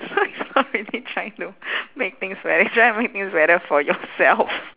so it's not really trying to make things better you're trying to make things better for yourself